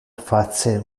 face